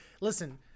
Listen